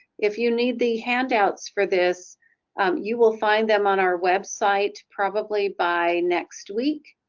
if you need the handouts for this you will find them on our website probably by next week